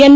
N